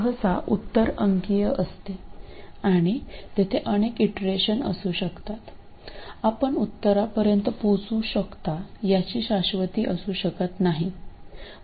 सहसा उत्तर अंकीय असते आणि तेथे अनेक इटरेशन असू शकतात आपण उत्तरापर्यंत पोहोचू शकता याची शाश्वती असू शकत नाही वगैरे